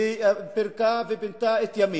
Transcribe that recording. ופירקה ופינתה את ימית,